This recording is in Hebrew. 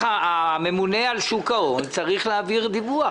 הממונה על שוק ההון צריך להעביר דיווח.